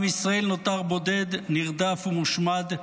עם ישראל נותר בודד, נרדף ומושמד,